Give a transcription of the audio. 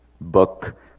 book